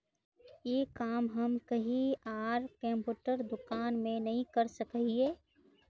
ये काम हम कहीं आर कंप्यूटर दुकान में नहीं कर सके हीये?